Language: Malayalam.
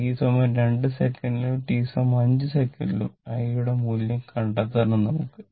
t 2 സെക്കൻഡിലും t 5 സെക്കൻഡിലും i യുടെ മൂല്യം കണ്ടെത്തണം നമുക്ക്